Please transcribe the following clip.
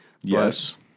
Yes